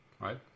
right